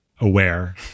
aware